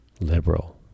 liberal